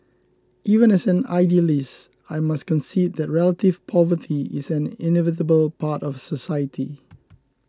even as an idealist I must concede the relative poverty is an inevitable part of society